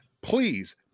Please